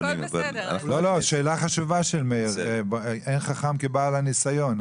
שאלה חשובה של מאיר, כי אין חכם כבעל ניסיון.